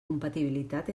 compatibilitat